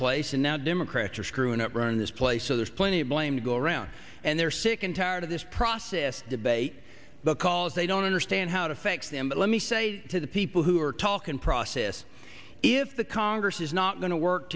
place and now democrats are screwing up running this place so there's plenty of blame to go around and they're sick and tired of this process debate the calls they don't understand how to fix them but let me say to the people who are talking process if the congress is not going to work